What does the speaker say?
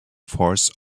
force